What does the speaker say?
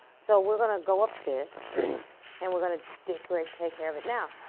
so we're gonna go upstairs and we're gonna take like take care of it now.